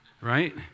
Right